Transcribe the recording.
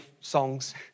songs